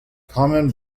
common